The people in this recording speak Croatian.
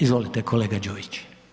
Izvolite kolega Đujić.